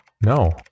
No